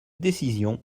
décision